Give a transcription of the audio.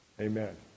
Amen